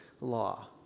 law